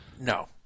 No